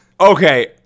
Okay